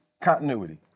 Continuity